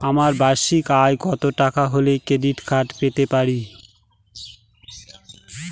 আমার বার্ষিক আয় কত টাকা হলে ক্রেডিট কার্ড পেতে পারি?